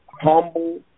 humble